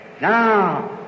Now